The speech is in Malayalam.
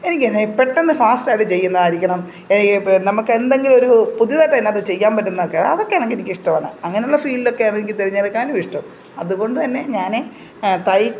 എനിക്കെന്നെ പെട്ടെന്ന് ഫാസ്റ്റായിട്ട് ചെയ്യുന്നതായിരിക്കണം പ് നമുക്കെന്തെങ്കിലൊരു പുതിതായിട്ടതിനകത്ത് ചെയ്യാന് പറ്റുന്നതൊക്കെ അതൊക്കെയാണെങ്കില് എനിക്കിഷ്ടമാണ് അങ്ങനുള്ള ഫീൽഡൊക്കെയാണ് എനിക്ക് തിരഞ്ഞെടുക്കാനും ഇഷ്ടം അതുകൊണ്ടുതന്നെ ഞാന് തയ്